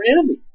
enemies